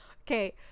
Okay